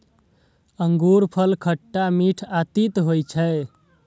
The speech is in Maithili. अंगूरफल खट्टा, मीठ आ तीत होइ छै